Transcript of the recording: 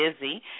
busy